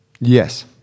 yes